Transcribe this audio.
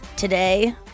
Today